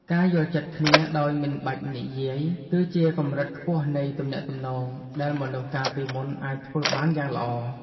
ការយល់ចិត្តគ្នាដោយមិនបាច់និយាយ គឺជាកម្រិតខ្ពស់នៃទំនាក់ទំនងដែលមនុស្សកាលពីមុនអាចធ្វើបានយ៉ាងល្អ។